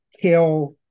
kill